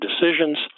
decisions